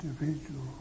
individual